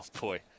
boy